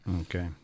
Okay